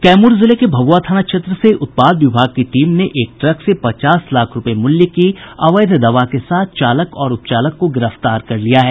कैमूर जिले के भभुआ थाना क्षेत्र से उत्पाद विभाग की टीम ने एक ट्रक से पचास लाख रूपये मूल्य की अवैध दवा के साथ चालक और उपचालक को गिरफ्तार कर लिया है